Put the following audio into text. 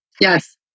Yes